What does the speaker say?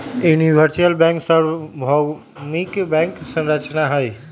universal bank सर्वभौमिक bank संरचना हई